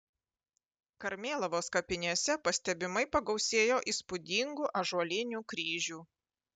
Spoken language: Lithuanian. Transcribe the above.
karmėlavos kapinėse pastebimai pagausėjo įspūdingų ąžuolinių kryžių